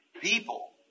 people